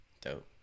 dope